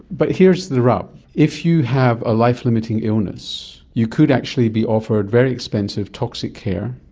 but here's the rub, if you have a life-limiting illness, you could actually be offered very expensive toxic care,